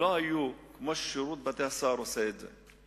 לא היו כמו ששירות בתי-הסוהר עושה את זה.